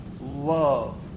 love